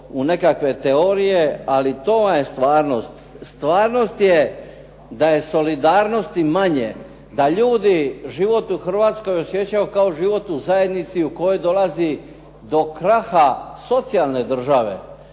u nekakve teorije ali to vam je stvarnost. Stvarnost je da je solidarnosti manje, da ljudi živote u Hrvatskoj osjećaju kao život u zajednici u kojoj dolazi do kraha socijalne države.